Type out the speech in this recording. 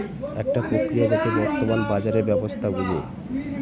একটা প্রক্রিয়া যাতে বর্তমান বাজারের ব্যবস্থা বুঝে